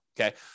okay